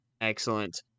Excellent